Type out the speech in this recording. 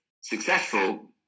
successful